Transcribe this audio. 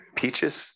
peaches